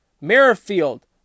Merrifield